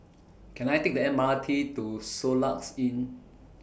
Can I Take The M R T to Soluxe Inn